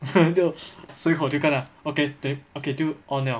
难道思考就干 ah okay then okay 就 on liao